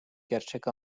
gerçek